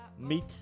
meet